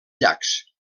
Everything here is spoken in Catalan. llacs